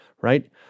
right